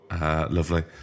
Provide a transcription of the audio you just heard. Lovely